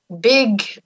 big